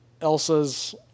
Elsas